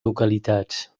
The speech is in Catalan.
localitats